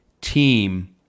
team